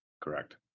Correct